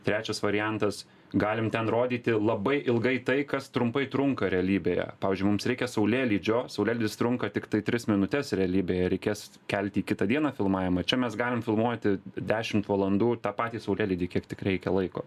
trečias variantas galim ten rodyti labai ilgai tai kas trumpai trunka realybėje pavyzdžiui mums reikia saulėlydžio saulėlydis trunka tiktai tris minutes realybėje reikės kelti į kitą dieną filmavimą čia mes galim filmuoti dešim valandų tą patį saulėlydį kiek tik reikia laiko